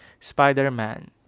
spider-man